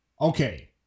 Okay